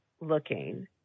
looking